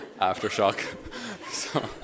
aftershock